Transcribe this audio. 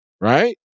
right